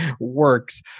works